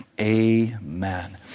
Amen